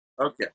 Okay